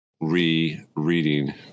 re-reading